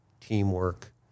teamwork